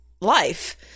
life